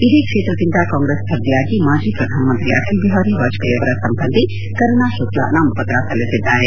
ಇದೇ ಕ್ಷೇತ್ರದಿಂದ ಕಾಂಗ್ರೆಸ್ ಸ್ಪರ್ಧಿಯಾಗಿ ಮಾಜಿ ಪ್ರಧಾನಮಂತ್ರಿ ಅಟಲ್ ಬಿಹಾರಿ ವಾಜಪೇಯಿ ಅವರ ಸಂಬಂಧಿ ಕರುಣಾ ಶುಕ್ಲಾ ನಾಮಪತ್ರ ಸಲ್ಲಿಸಿದ್ದಾರೆ